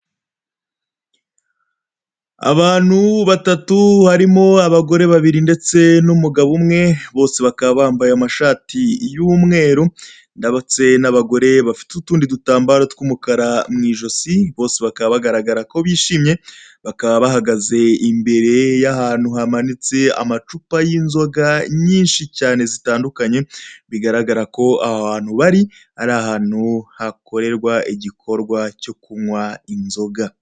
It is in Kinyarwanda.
Abantu batatu harimo abagore babiri ndetse n'umugabo umwe, bose bakaba bambaye amashati y'umweru, ndabutse n'abagore bafite utundi dutambaro tw'umukara mu ijosi, bose bakaba bagaragara ko bishimye bakaba bahagaze imbere y'ahantu hamanitse amacupa y'inzoga nyinshi cyane zitandukanye, bigaragara ko aho hantu bari ari ahantu hakorerwa igikorwa cyo kunywa inzoga.